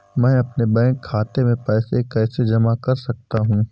मैं अपने बैंक खाते में पैसे कैसे जमा कर सकता हूँ?